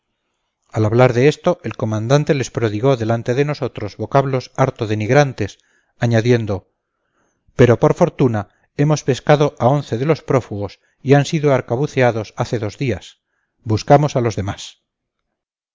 al hablar de esto el comandante les prodigó delante de nosotros vocablos harto denigrantes añadiendo pero por fortuna hemos pescado a once de los prófugos y han sido arcabuceados hace dos días buscamos a los demás